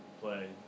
play